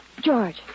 George